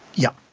yeah,